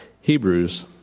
Hebrews